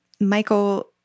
Michael